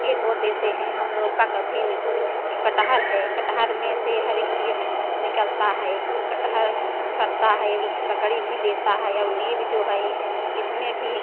ए बो देते हैं हम लोग का कथिन ए कटहल है कटहल में से हर एक चीज़ निकलता है कटहल फलता है वह लकड़ी भी देता है और नीव जो है इसमें भी